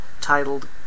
titled